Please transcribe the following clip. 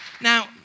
Now